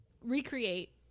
recreate